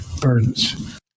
burdens